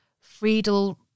Friedel